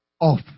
off